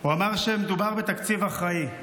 הוא אמר שמדובר בתקציב אחראי,